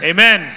Amen